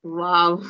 wow